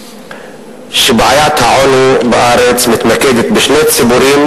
שבעיית העוני בארץ מתמקדת בשני ציבורים: